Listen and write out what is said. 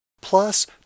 plus